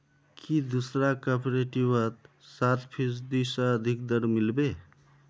की दूसरा कॉपरेटिवत सात फीसद स अधिक दर मिल बे